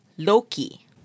Loki